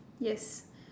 yes